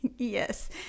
Yes